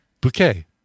Bouquet